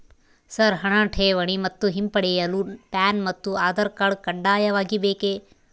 Sir ಹಣ ಠೇವಣಿ ಮತ್ತು ಹಿಂಪಡೆಯಲು ಪ್ಯಾನ್ ಮತ್ತು ಆಧಾರ್ ಕಡ್ಡಾಯವಾಗಿ ಬೇಕೆ?